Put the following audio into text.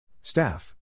Staff